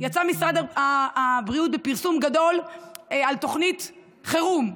יצא משרד הבריאות בפרסום גדול על תוכנית חירום,